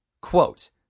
Quote